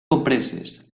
compreses